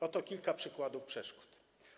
Oto kilka przykładów przeszkód.